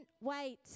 wait